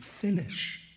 finish